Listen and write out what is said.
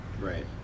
Right